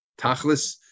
tachlis